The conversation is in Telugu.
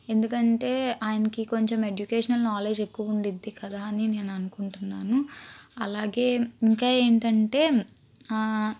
ఎందుకంటే ఆయనకి కొంచెం ఎడ్యుకేషనల్ నాలెడ్జ్ ఎక్కువుంటుంది కదా అని నేను అనుకుంటున్నాను అలాగే ఇంకా ఏంటంటే